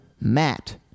Matt